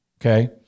Okay